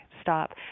stop